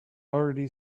already